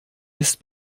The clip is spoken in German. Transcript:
ist